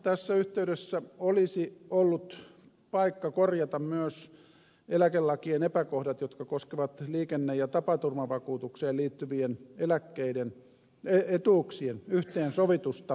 tässä yhteydessä olisi ollut paikka korjata myös eläkelakien epäkohdat jotka koskevat liikenne ja tapaturmavakuutukseen liittyvien etuuksien yhteensovitusta työeläkkeiden kanssa